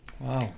Wow